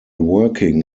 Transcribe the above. working